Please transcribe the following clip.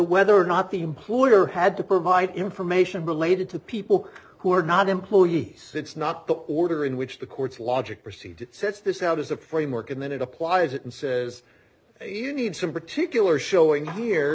whether or not the employer had to provide information related to people who are not employee since not the order in which the court's logic proceed sets this how does a framework and then it applies it and says you need some particular showing here